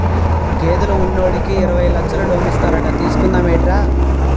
గేదెలు ఉన్నోడికి యిరవై లచ్చలు లోనిస్తారట తీసుకుందా మేట్రా